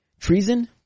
Treason